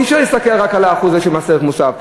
לכן אי-אפשר להסתכל רק על ה-1% של מס ערך מוסף.